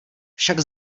však